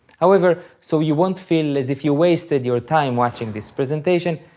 however, so you won't feel as if you wasted your time watching this presentations,